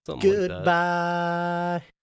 Goodbye